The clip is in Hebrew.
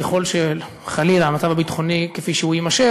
ככל שחלילה המצב הביטחוני כפי שהוא יימשך,